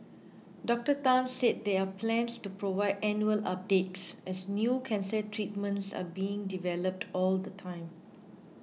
Doctor Tan said there are plans to provide annual updates as new cancer treatments are being developed all the time